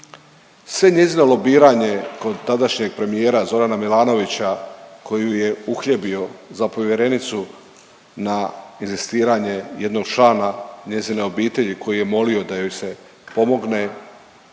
Sve njezino lobiranje kod tadašnjeg premijera Zorana Milanovića koji ju je uhljebio za povjerenicu na inzistiranje jednog člana njezine obitelji koji je molio da joj se pomogne,